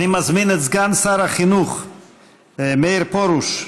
אני מזמין את סגן שר החינוך מאיר פרוש,